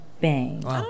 bang